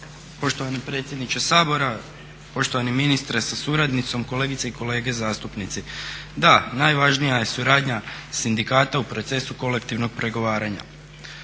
Poštovani predsjedniče Sabora, poštovani ministre sa suradnicom, kolegice i kolege zastupnici. Da, najvažnija je suradnja sindikata u procesu kolektivnog pregovaranja.